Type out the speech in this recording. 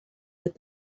with